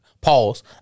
Pause